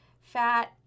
fat